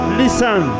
listen